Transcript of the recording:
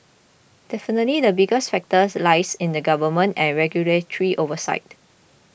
definitely the biggest factors lies in the government and regulatory oversight